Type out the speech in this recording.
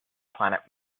planet